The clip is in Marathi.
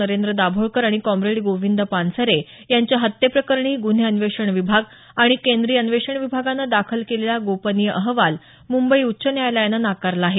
नरेंद्र दाभोळकर आणि कॉम्रेड गोविंद पानसरे यांच्या हत्येप्रकरणी गुन्हे अन्वेषण विभाग आणि केंद्रीय अन्वेषण विभागानं दाखल केलेला गोपनीय अहवाल मुंबई उच्च न्यायालयानं नाकारला आहे